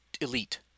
elite